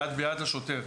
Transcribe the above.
יד ביד לשוטר,